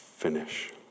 finish